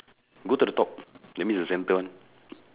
go to the top that means the centre